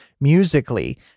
musically